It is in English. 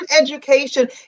education